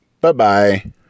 Bye-bye